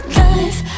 life